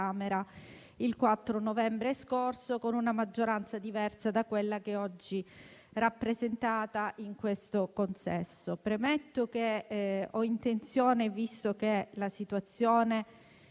il 4 novembre scorso, con una maggioranza diversa da quella che oggi è rappresentata in questo consesso. Premetto che la situazione